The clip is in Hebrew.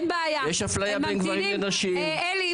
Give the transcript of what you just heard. אלי,